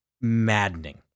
maddening